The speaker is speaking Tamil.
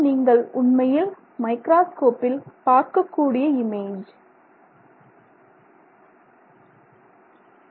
இது நீங்கள் உண்மையில் மைக்ராஸ்கோப்பில் பார்க்கக்கூடிய இமேஜ்